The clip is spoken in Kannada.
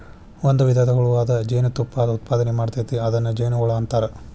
ಒಂದು ವಿಧದ ಹುಳು ಅದ ಜೇನತುಪ್ಪಾ ಉತ್ಪಾದನೆ ಮಾಡ್ತತಿ ಅದನ್ನ ಜೇನುಹುಳಾ ಅಂತಾರ